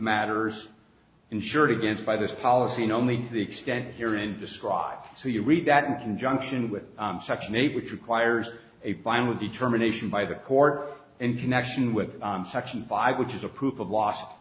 matters insured against by this policy and only to the extent herein described to you read that in conjunction with section eight which requires a final determination by the court in connection with section five which is approved of last